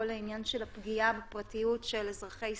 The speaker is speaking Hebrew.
העניין של הפגיעה בפרטיות של אזרחי ישראל.